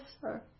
sir